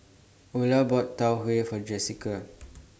Ula bought Tau Huay For Jessika